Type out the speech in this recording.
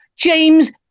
James